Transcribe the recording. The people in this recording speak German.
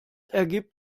ergibt